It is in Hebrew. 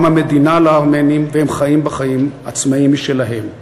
קמה מדינה לארמנים והם חיים בה חיים עצמאיים משלהם.